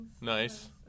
Nice